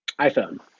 iPhone